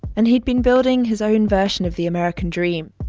and he'd been building his own version of the american dream,